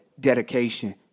Dedication